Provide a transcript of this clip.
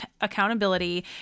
accountability